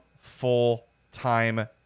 full-time